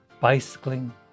bicycling